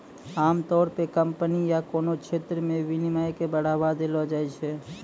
आमतौर पे कम्पनी या कोनो क्षेत्र मे विनियमन के बढ़ावा देलो जाय छै